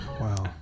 wow